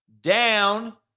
down